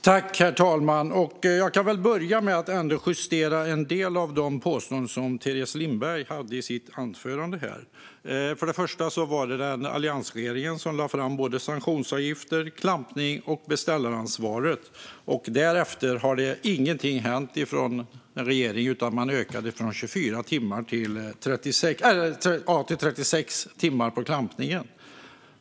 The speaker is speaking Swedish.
Herr talman! Jag kan väl börja med att justera en del av de påståenden som Teres Lindberg kom med i sitt anförande. För det första var det alliansregeringen som lade fram förslag om sanktionsavgifter, klampning och beställaransvar. Därefter har ingenting hänt från regeringens sida förutom att man ökat från 24 till 36 timmar gällande klampningen.